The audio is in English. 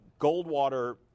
Goldwater